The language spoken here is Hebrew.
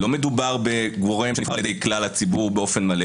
לא מדובר בגורם שנבחר על ידי כלל הציבור באופן מלא.